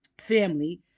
family